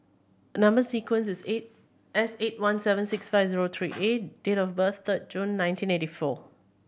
number sequence is eight S eight one seven six five zero three A date of birth third June nineteen eighty four